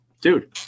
Dude